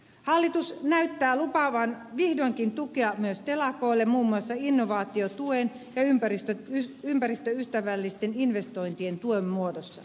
hallitus näyttää lupaavan vihdoinkin tukea myös telakoille muun muassa innovaatiotuen ja ympäristöystävällisten investointien tuen muodossa